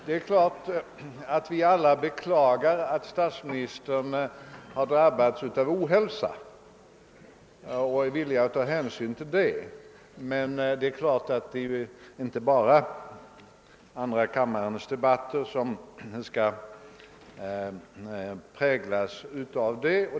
Det är klart att vi alla beklagar att statsministern drabbats av ohälsa och att vi är villiga att ta hänsyn till detta. Men det är inte bara andra kammarens debatter som skall präglas därav.